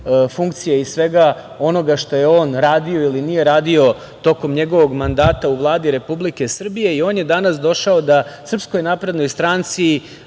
funkcija i svega onoga što je on radio ili nije radio tokom njegovog mandata u Vladi Republike Srbije. On je danas došao da SNS drži predavanje